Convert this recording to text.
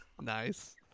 Nice